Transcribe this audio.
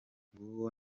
nguwo